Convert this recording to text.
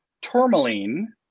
tourmaline